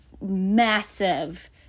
massive